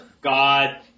God